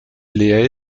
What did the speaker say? leer